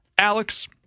Alex